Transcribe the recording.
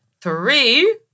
three